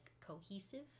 cohesive